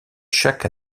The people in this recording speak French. chaque